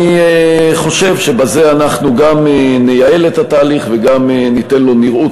אני חושב שבזה אנחנו גם נייעל את התהליך וגם ניתן לו נראות